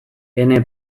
ene